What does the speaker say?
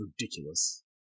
ridiculous